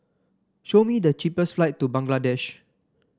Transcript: show me the cheapest flight to Bangladesh